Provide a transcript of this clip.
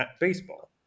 baseball